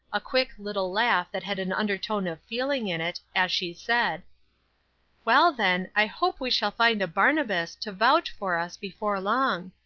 a quick little laugh that had an undertone of feeling in it, as she said well, then, i hope we shall find a barnabas to vouch for us before long.